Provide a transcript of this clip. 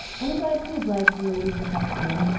i'm glad to oblige the ladies if i can,